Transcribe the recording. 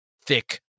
thick